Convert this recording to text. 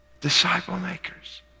disciple-makers